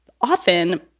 often